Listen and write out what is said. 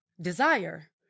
desire